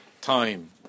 time